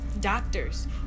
Doctors